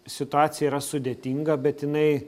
situacija yra sudėtinga bet jinai